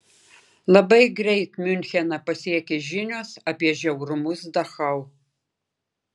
labai greit miuncheną pasiekė žinios apie žiaurumus dachau